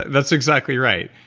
that's exactly right.